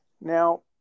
Now